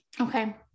Okay